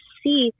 see